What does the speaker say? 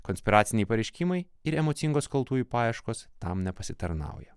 konspiraciniai pareiškimai ir emocingos kaltųjų paieškos tam nepasitarnauja